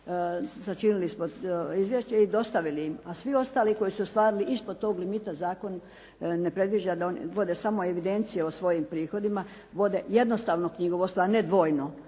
sačinili smo izvješće i dostavili im, a svi ostali koji su ostvarili ispod tog limita zakon ne predviđa da, vode samo evidencije o svojim prihodima, vode jednostavno knjigovodstvo, a ne dvojno.